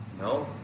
No